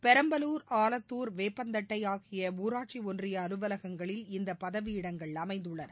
பெரம்பலூர் ஆலத்தூர் வேப்பந்தட்டை ஆகிய ஊராட்சி ஒன்றிய அலுவலகங்களில் இந்த பதவியிடங்கள் அமைந்துள்ளன